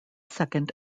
second